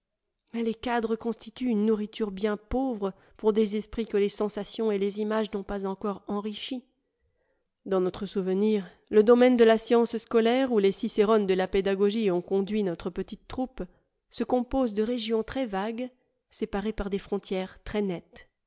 mais les cadres constituent une nourriture bien pauvre pour des esprits que les sensations et les images n'ont pas encore enrichis dans notre souvenir le domaine de la science scolaire où les cicérones de la pédagogie ont conduit notre petite troupe se compose de régions très vagues séparées par des frontières très nettes